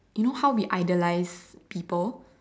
you know how we dollies people